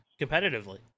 competitively